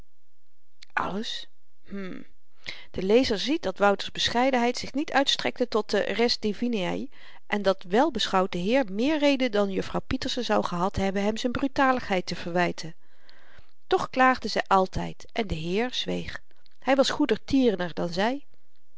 alles hm de lezer ziet dat wouter's bescheidenheid zich niet uitstrekte tot de res divinae en dat wèl beschouwd de heer meer reden dan juffrouw pieterse zou gehad hebben hem z'n brutaligheid te verwyten toch klaagde zy altyd en de heer zweeg hy was goedertierener dan zy